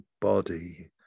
body